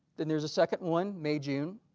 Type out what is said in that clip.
then there's a second one may june,